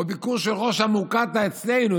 או ביקור של ראש המוקטעה אצלנו,